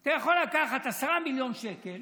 אתה יכול לקחת 10 מיליון שקל